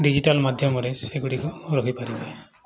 digital ମାଧ୍ୟମରେ ସେଗୁଡ଼ିକ ରହିିପାରିବେ